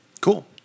Cool